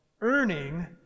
earning